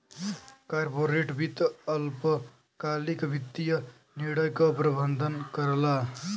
corporate वित्त अल्पकालिक वित्तीय निर्णय क प्रबंधन करला